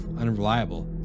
unreliable